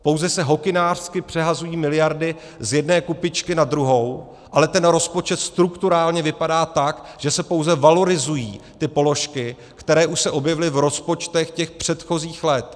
Pouze se hokynářsky přehazují miliardy z jedné kupičky na druhou, ale ten rozpočet strukturálně vypadá tak, že se pouze valorizují ty položky, které už se objevily v rozpočtech předchozích let.